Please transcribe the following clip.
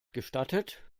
gestattet